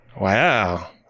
Wow